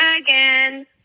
again